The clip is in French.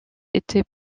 étaient